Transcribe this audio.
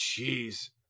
Jeez